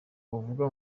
bavuga